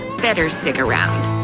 better stick around.